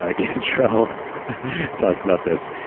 ah cantrell talks about this.